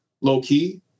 low-key